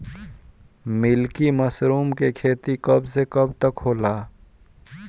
Milky mushroom के खेती कब से कब तक होला?